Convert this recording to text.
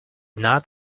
not